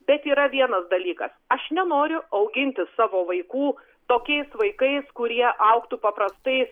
bet yra vienas dalykas aš nenoriu auginti savo vaikų tokiais vaikais kurie augtų paprastai